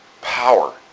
power